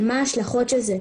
על מה ההשלכות של זה.